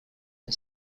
and